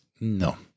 No